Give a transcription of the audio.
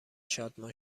شادمان